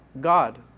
God